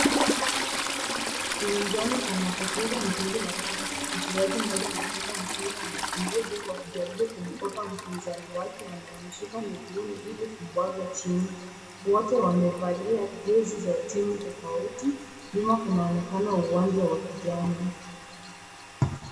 Uwanjani panapochezwa mchezo wa raga, mchezaji mmoja ameshika mpira anakimbia huku anajaribu kumhepa mpinani wake anayemshika miguuni ili kumbwaga chini. Wote wamevalia jezi za timu tofauti. Nyuma kunaonekana uwanja wa kijani.